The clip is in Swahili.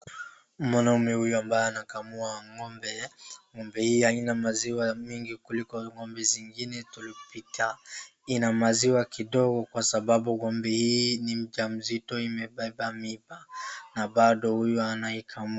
Mwanaume huyu ambaye anakamua ng'ombe, ng'ombe hii haina maziwa mingi kuliko ng'ombe zingine tulipita. Ina maziwa kidogo kwa sababu ng'ombe hii ni mjamzito, imebeba mimba, na bado huyu anaikamua.